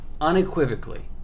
unequivocally